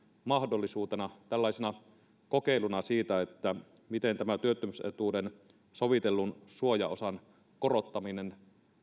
mahdollisuutena tällaisena kokeiluna siitä miten tämä työttömyysetuuden sovitellun suojaosan korottaminen